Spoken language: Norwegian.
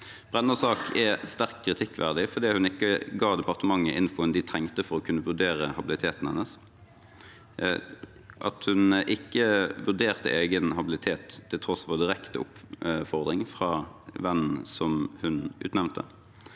Brennas sak er sterkt kritikkverdig fordi hun ikke ga departementet informasjonen de trengte for å kunne vurdere habiliteten hennes, fordi hun ikke vurderte egen habilitet til tross for direkte oppfordring fra vennen som hun utnevnte,